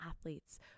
athletes